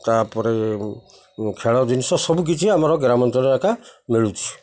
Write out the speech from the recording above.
ତାପରେ ଖେଳ ଜିନିଷ ସବୁକିଛି ଆମର ଗ୍ରାମାଞ୍ଚଳରେ ଏକା ମିଳୁଛି